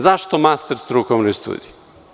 Zašto master strukovne studije?